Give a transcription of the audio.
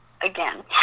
again